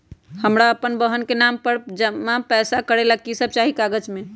हमरा अपन बहन के नाम पर पैसा जमा करे ला कि सब चाहि कागज मे?